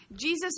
jesus